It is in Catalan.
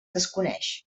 desconeix